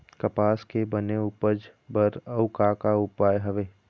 कपास के बने उपज बर अउ का का उपाय हवे?